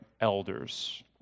elders